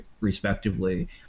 respectively